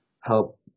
help